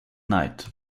night